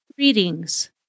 Greetings